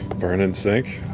burn and sink?